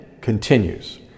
continues